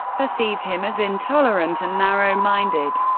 perceived him as intolerant and narrow-minded.